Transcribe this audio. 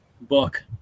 book